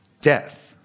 death